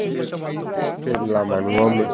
एखे प्लेन लामा नङामोन